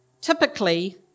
typically